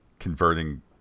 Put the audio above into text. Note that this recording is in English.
converting